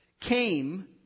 came